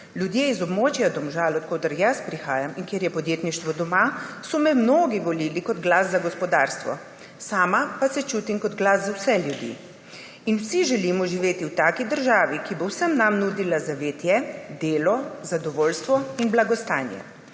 Ljudje z območja Domžal, od koder jaz prihajam in kjer je podjetništvo doma, so me mnogi volili kot glas za gospodarstvo. Sama pa se čutim kot glas za vse ljudi in vsi želimo živeti v državi, ki bo vsem nam nudila zavetje, delo, zadovoljstvo in blagostanje.